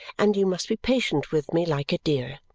and you must be patient with me, like a dear!